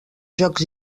jocs